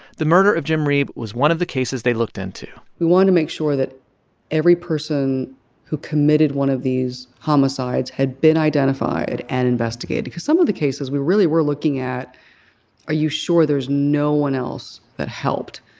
the murder of jim reeb was one of the cases they looked into we wanted to make sure that every person who committed one of these homicides had been identified and investigated because some of the cases we really were looking at are you sure there's no one else that helped?